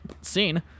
scene